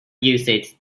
usage